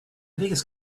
biggest